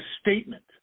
statement